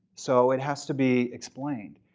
so it has to be explained.